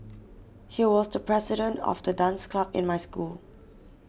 he was the president of the dance club in my school